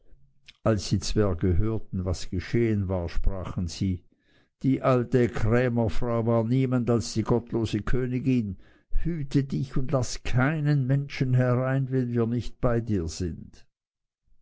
als die zwerge hörten was geschehen war sprachen sie die alte krämerfrau war niemand als die gottlose königin hüte dich und laß keinen menschen herein wenn wir nicht bei dir sind